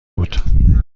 بود